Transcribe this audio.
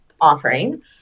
offering